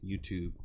YouTube